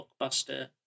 blockbuster